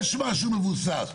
יש משהו מבוסס.